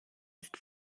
ist